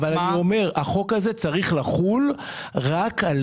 אבל אני אומר שהחוק הזה צריך לחול רק על